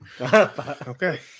Okay